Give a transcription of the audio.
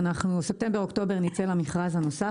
בספטמבר-אוקטובר נצא למכרז הנוסף.